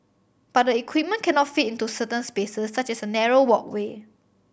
but the equipment cannot fit into certain spaces such as a narrow walkway